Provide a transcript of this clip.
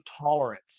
tolerance